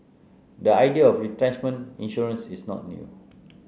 the idea of retrenchment insurance is not new